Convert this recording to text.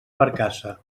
barcassa